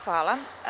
Hvala.